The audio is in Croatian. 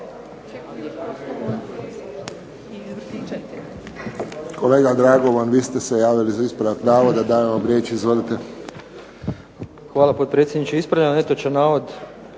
Kolega Dragovan, vi ste se javili za ispravak navoda. Dajem vam riječ, izvolite. **Dragovan, Igor (SDP)** Hvala, potpredsjedniče. Ispravljam netočan navod